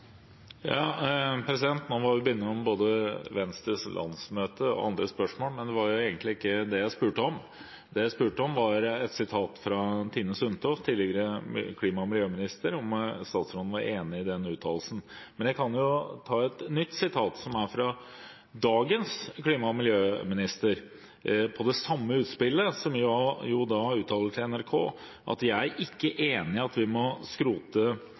Nå var vi innom både Venstres landsmøte og andre spørsmål, men det var egentlig ikke det jeg spurte om. Det jeg spurte om, var et sitat fra Tine Sundtoft, tidligere klima- og miljøminister, og om statsråden var enig i den uttalelsen. Men jeg kan ta et nytt sitat, som er fra dagens klima- og miljøminister, om det samme utspillet. Han uttaler til NRK at «jeg er ikke enig i at vi må skrote